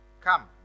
Come